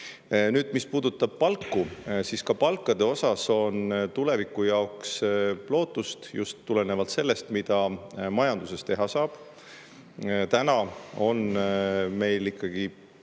tööd. Mis puudutab palku, siis ka palkade osas on tuleviku jaoks lootust just tulenevalt sellest, mida majanduses teha saab. Täna on meil ikkagi, ma